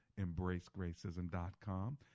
Embracegracism.com